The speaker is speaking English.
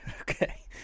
Okay